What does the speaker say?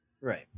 Right